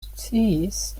sciis